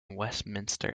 westminster